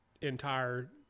entire